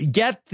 get